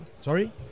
Sorry